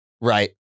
Right